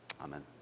Amen